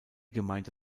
gemeinde